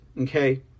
Okay